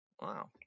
Wow